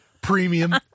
premium